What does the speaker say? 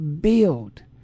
build